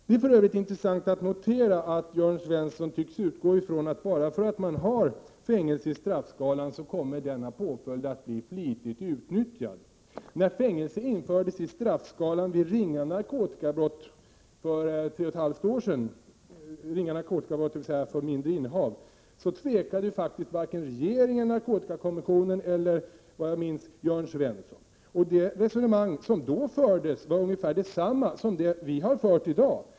Det är för övrigt intressant att notera att Jörn Svensson tycks utgå från att bara för att man har fängelse i straffskalan så kommer denna påföljd att bli flitigt utnyttjad. När fängelse för tre och ett halvt år sedan infördes i straffskalan för ringa narkotikabrott — dvs. för mindre innehav — tvekade faktiskt varken regeringen, narkotikakommissionen eller, såvitt jag minns, Jörn Svensson. Och det resonemang som då fördes var ungefär detsamma som det vi har fört i dag.